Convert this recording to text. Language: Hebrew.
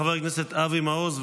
חבר הכנסת אבי מעוז,